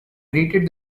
greeted